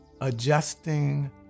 adjusting